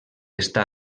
està